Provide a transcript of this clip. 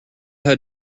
how